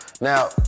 Now